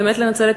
באמת לנצל את